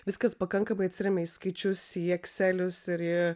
viskas pakankamai atsiremia į skaičius į ekselius ir į